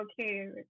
okay